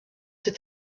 ses